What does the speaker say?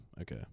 okay